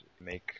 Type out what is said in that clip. make